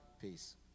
Peace